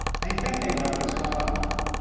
may think they know what's going on,